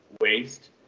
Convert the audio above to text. waste